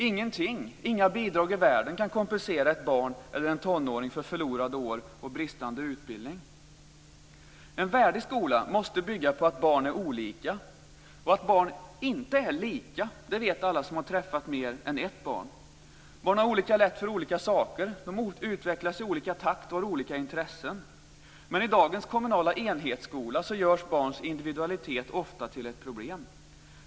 Ingenting, inga bidrag i världen, kan kompensera ett barn eller en tonåring för förlorade år och bristande utbildning. En värdig skola måste bygga på att barn är olika. Och att barn inte är lika det vet alla som har träffat mer än ett barn. Barn har olika lätt för olika saker. De utvecklas i olika takt och har olika intressen. Men i dagens kommunala enhetsskola så görs barns individualitet ofta till ett problem.